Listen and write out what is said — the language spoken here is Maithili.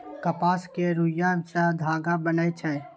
कपास केर रूइया सँ धागा बनइ छै